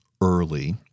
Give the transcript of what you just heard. early